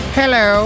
hello